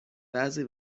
بعضی